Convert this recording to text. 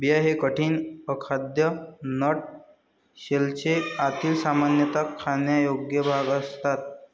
बिया हे कठीण, अखाद्य नट शेलचे आतील, सामान्यतः खाण्यायोग्य भाग असतात